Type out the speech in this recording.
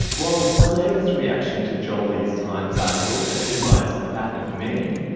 while clara's reaction to jolie's times article epitomised that of many,